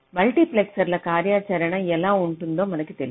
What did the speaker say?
మల్టీప్లెక్సర్ల కార్యాచరణ ఎలా ఉంటుందో మనకు తెలుసు